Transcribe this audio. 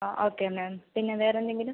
ആ okay ma'am പിന്നെ വേറെ എന്തെങ്കിലും